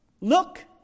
Look